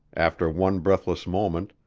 after one breathless moment,